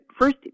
first